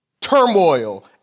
turmoil